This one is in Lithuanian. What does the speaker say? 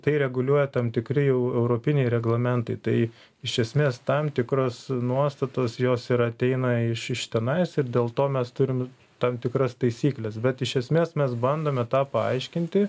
tai reguliuoja tam tikri jau europiniai reglamentai tai iš esmės tam tikros nuostatos jos ir ateina iš iš tenai ir dėl to mes turim tam tikras taisykles bet iš esmės mes bandome tą paaiškinti